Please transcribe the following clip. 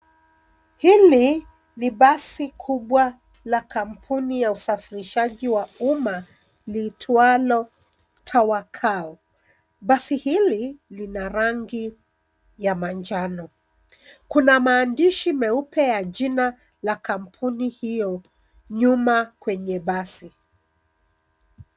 Hili ni basi kubwa la kampuni ya usafirishaji wa umma liitwalo tawakao. Basi hili lina rangi ya manjano. Kuna maandishi meupe ya jina la kampuni hiyo nyuma kwenye basi.